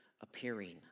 appearing